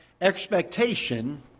expectation